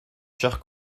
chers